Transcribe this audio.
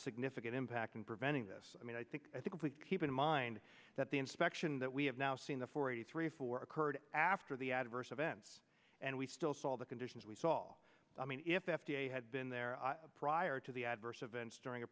significant impact in preventing this i mean i think i think if we keep in mind that the inspection that we have now seen the forty three four occurred after the adverse events and we still saw the conditions we saw all i mean if f d a had been there prior to the adverse events during a